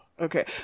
okay